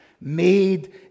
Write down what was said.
made